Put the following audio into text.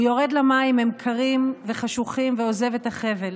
הוא יורד למים, הם קרים וחשוכים, ועוזב את החבל.